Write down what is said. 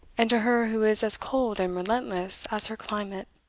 and to her who is as cold and relentless as her climate.